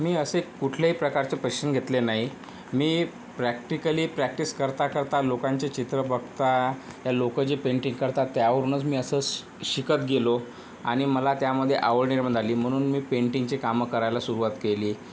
मी असे कुठलेही प्रकारचे प्रशिन घेतले नाही मी प्रॅक्टिकली प्रॅक्टिस करता करता लोकांचे चित्र बघता या लोकं जे पेंटिंग करतात त्यावरूनच मी असं स शिकत गेलो आणि मला त्यामध्ये आवड निर्माण झाली म्हणून मी पेंटिंगचे कामं करायला सुरूवात केली